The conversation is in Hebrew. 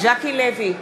ז'קי לוי,